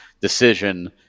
decision